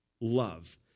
love